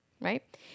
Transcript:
Right